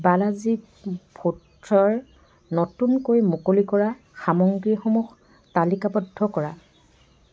Balaji foods ৰ নতুনকৈ মুকলি কৰা সামগ্ৰীসমূহ তালিকাবদ্ধ কৰা